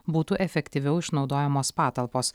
būtų efektyviau išnaudojamos patalpos